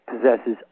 possesses